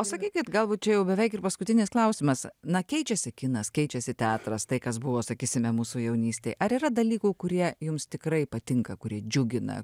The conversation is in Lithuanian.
o sakykit galbūt čia jau beveik ir paskutinis klausimas na keičiasi kinas keičiasi teatras tai kas buvo sakysime mūsų jaunystėj ar yra dalykų kurie jums tikrai patinka kurie džiugina